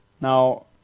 Now